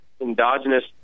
endogenous